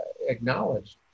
acknowledged